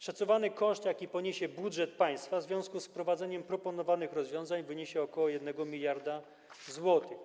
Szacowany koszt, jaki poniesie budżet państwa w związku z wprowadzeniem proponowanych rozwiązań, wyniesie ok. 1 mld zł.